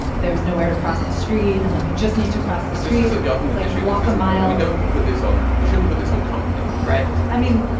there's nowhere to cross the street. and like, you just need to cross the street the government lets you walk a mile. don't put this on. we shouldn't put this on companies. right? i mean,